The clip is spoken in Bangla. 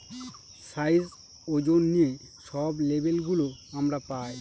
সাইজ, ওজন নিয়ে সব লেবেল গুলো আমরা পায়